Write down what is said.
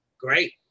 Great